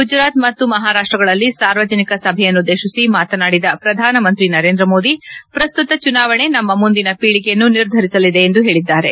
ಗುಜರಾತ್ ಮತ್ತು ಮಹಾರಾಷ್ಟ್ರಗಳಲ್ಲಿ ಸಾರ್ವಜನಿಕ ಸಭೆಗಳನ್ನುದ್ದೇಶಿ ಮಾತನಾದಿದ ಪ್ರಧಾನ ಮಂತ್ರಿ ನರೇಂದ್ರ ಮೋದಿ ಪ್ರಸ್ತುತ ಚುನಾವಣೆ ನಮ್ಮ ಮುಂದಿನ ಪೀಳಿಗೆಯನ್ನು ನಿರ್ಧರಿಸಲಿದೆ ಎಂದು ಹೇಳಿದ್ದಾರೆ